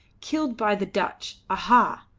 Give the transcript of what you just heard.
killed by the dutch. aha!